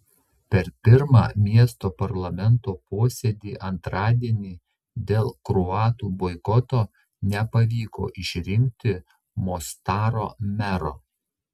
per pirmą miesto parlamento posėdį antradienį dėl kroatų boikoto nepavyko išrinkti mostaro mero